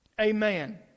Amen